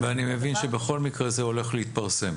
אני מבין שבכל מקרה זה הולך להתפרסם.